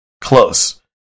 close